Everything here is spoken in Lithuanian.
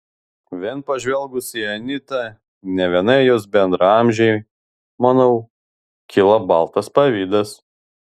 vien pažvelgus į anytą ne vienai jos bendraamžei manau kyla baltas pavydas